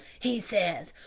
he says,